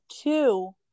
two